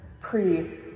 pre-